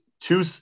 two